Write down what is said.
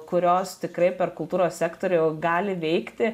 kurios tikrai per kultūros sektorių gali veikti